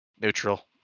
Neutral